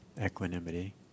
equanimity